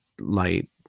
light